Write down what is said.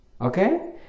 Okay